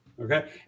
okay